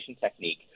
technique